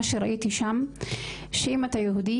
מה שראיתי שם שאם אתה יהודי,